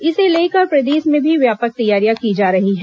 इसे लेकर प्रदेश में भी व्यापक तैयारियां की जा रही हैं